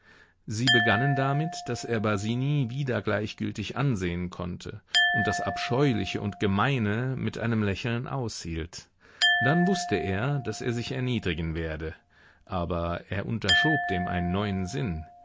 sie begannen damit daß er basini wieder gleichgültig ansehen konnte und das abscheuliche und gemeine mit einem lächeln aushielt dann wußte er daß er sich erniedrigen werde aber er unterschob dem einen neuen sinn